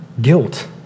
guilt